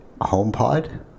HomePod